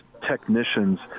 technicians